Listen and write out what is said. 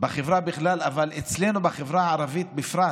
בחברה בכלל, ואצלנו בחברה הערבית בפרט,